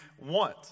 want